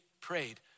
prayed